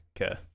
Okay